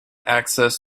access